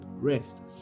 rest